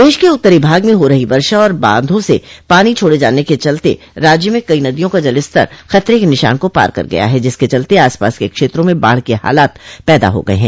देश के उत्तरी भाग में हो रही वषा और बांधों से पानी छोड़े जाने के चलते राज्य में कई नदियों का जलस्तर खतरे के निशान को पार कर गया है जिसके चलते आस पास के क्षेत्रों में बाढ़ के हालात पैदा हो गये हैं